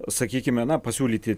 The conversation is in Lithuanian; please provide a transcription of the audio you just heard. sakykime na pasiūlyti